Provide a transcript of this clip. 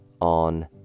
on